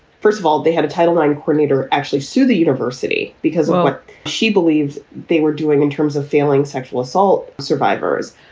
first of all, they had a title line coordinator actually sue the university because she believes they were doing in terms of failing sexual assault survivors.